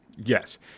Yes